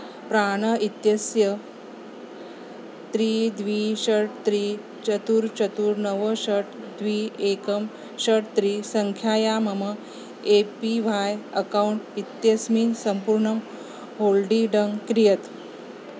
प्राण् इत्यस्य त्रीणि द्वे षट् त्रीणि चत्वारि चत्वारि नव षट् द्वे एकं षट् त्रीणि सङ्ख्याया मम ए पी ह्वै अकौण्ट् इत्यस्मिन् सम्पूर्णं होल्डीडङ् कियत्